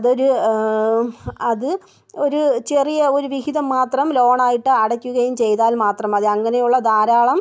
അതൊരു അതൊരു ചെറിയ ഒരു വിഹിതം മാത്രം ലോൺ ആയിട്ട് അടക്കുകയും ചെയ്താൽ മാത്രം മതി അങ്ങനെയുള്ള ധാരാളം